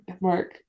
mark